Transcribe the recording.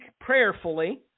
prayerfully